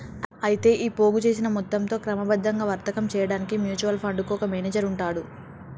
అయితే ఈ పోగు చేసిన మొత్తంతో క్రమబద్ధంగా వర్తకం చేయడానికి మ్యూచువల్ ఫండ్ కు ఒక మేనేజర్ ఉంటాడు